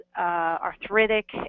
arthritic